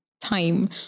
time